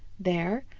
there,